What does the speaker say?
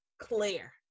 clear